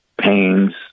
pains